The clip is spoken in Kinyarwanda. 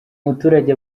muturage